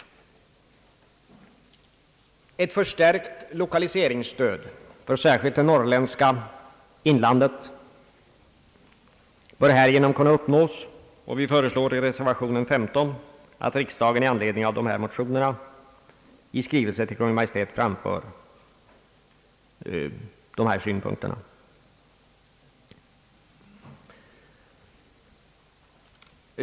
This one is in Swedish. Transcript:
Ett förstärkt lokaliseringsstöd för särskilt det norrländska inlandet bör härigenom kunna uppnås, och vi föreslår i reservation nr 15 att riksdagen i anledning av våra motioner i skrivelse till Kungl. Maj:t framför dessa synpunkter.